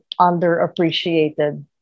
underappreciated